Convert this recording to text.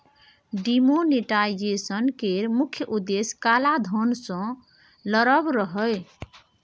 demonetisation केर मुख्य उद्देश्य काला धन सँ लड़ब रहय